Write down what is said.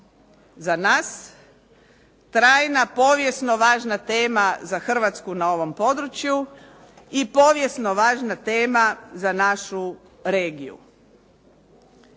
za nas, trajna, povijesno važna tema za Hrvatsku na ovom području i povijesno važna tema za našu regiju.